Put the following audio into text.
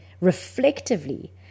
reflectively